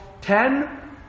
Ten